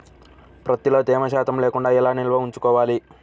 ప్రత్తిలో తేమ శాతం లేకుండా ఎలా నిల్వ ఉంచుకోవాలి?